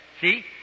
See